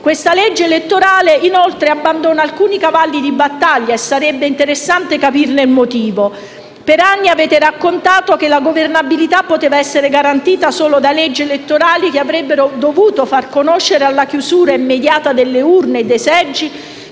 Questa legge elettorale, inoltre, abbandona alcuni cavalli di battaglia e sarebbe interessante capirne il motivo. Per anni avete raccontato che la governabilità poteva essere garantita solo da leggi elettorali che avrebbero dovuto far conoscere, alla chiusura immediata delle urne e dei seggi,